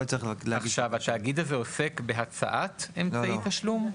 התאגיד הזה עוסק בהצעת אמצעי תשלום?